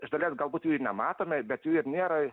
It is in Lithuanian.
iš dalies galbūt jų ir nematome bet jų ir nėra